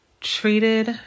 treated